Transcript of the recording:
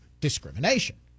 discrimination